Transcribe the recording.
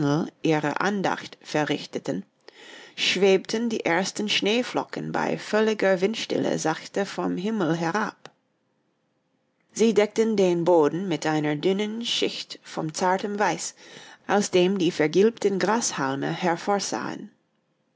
ihre andacht verrichteten schwebten die ersten schneeflocken bei völliger windstille sachte vom himmel herab sie deckten den boden mit einer dünnen schicht von zartem weiß aus dem die vergilbten grashalme hervorsahen